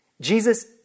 Jesus